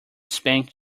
spank